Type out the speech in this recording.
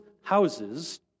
houses